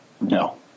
No